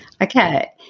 Okay